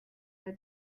der